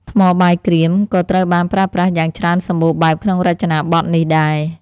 ថ្មបាយក្រៀម ក៏ត្រូវបានប្រើប្រាស់យ៉ាងច្រើនសម្បូរបែបក្នុងរចនាបថនេះដែរ។